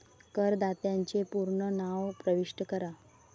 करदात्याचे पूर्ण नाव प्रविष्ट करा